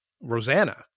rosanna